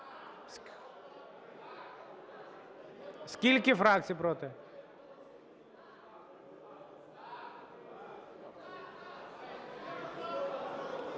Скільки фракцій проти?